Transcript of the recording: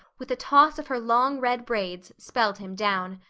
with a toss of her long red braids, spelled him down.